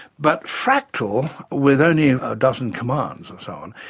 but fractal, with only a dozen commands and so on,